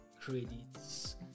credits